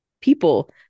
people